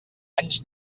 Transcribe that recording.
anys